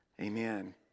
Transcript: Amen